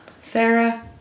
Sarah